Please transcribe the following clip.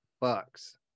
bucks